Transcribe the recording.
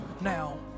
now